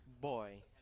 Boy